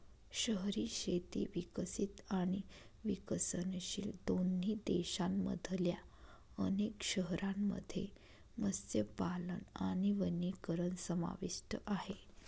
शहरी शेती विकसित आणि विकसनशील दोन्ही देशांमधल्या अनेक शहरांमध्ये मत्स्यपालन आणि वनीकरण समाविष्ट आहे